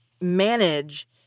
manage